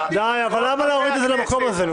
------ אבל למה להוריד את זה למקום הזה?